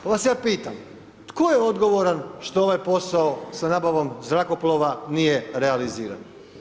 Pa vas ja pitam tko je odgovoran što ovaj posao sa nabavom zrakoplova nije realiziran?